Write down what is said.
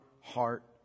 heart